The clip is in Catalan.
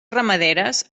ramaderes